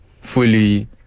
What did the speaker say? fully